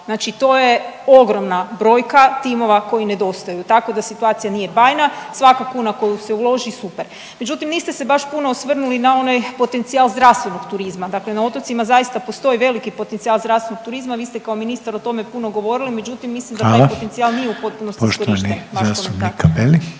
Znači to je ogromna brojka timova koji nedostaju. Tako da situacija nije bajna, svaka kuna koju se uloži super. Međutim, niste se baš puno na onaj potencijal zdravstvenog turizma. Dakle, na otocima zaista postoji veliki potencijal zdravstvenog turizma. Vi ste kao ministar o tome puno govorili, međutim mislim da taj …/Upadica: Hvala./… potencijal nije u potpunosti iskorišten. Vaš komentar. **Reiner, Željko